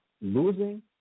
losing